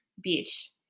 Beach